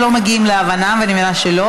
יכולת להגיד את זה קודם.